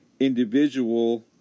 individual